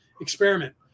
experiment